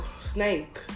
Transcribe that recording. snake